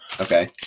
Okay